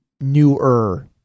newer